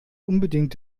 unbedingt